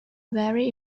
very